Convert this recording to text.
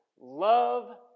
love